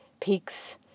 peaks